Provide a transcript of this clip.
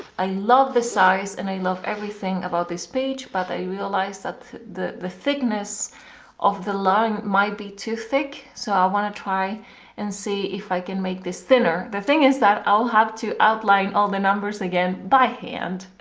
i love the size, and i love everything about this page but i realized that the the thickness of the line might be too thick so i want to try and see if i can make this thinner, the thing is that i'll have to outline all the numbers again by hand